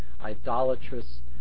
idolatrous